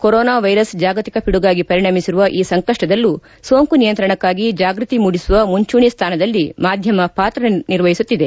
corona virus ಜಾಗತಿಕ ಪಿಡುಗಾಗಿ ಪರಿಣಮಿಸಿರುವ ಈ ಸಂಕಷ್ಟದಲ್ಲೂ ಸೋಂಕು ನಿಯಂತ್ರಣಕ್ಕಾಗಿ ಜಾಗೃತಿ ಮೂಡಿಸುವ ಮುಂಚೂಣೆ ಸ್ಥಾನದಲ್ಲಿ ಮಾಧ್ಯಮ ಪಾತ್ರನಿರ್ವಹಿಸುತ್ತಿದೆ